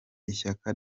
ishyaka